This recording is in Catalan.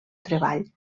treball